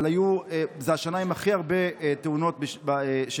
אבל זו השנה עם הכי הרבה תאונות שקרו,